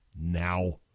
now